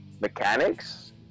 mechanics